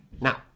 Now